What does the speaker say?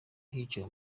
hicaye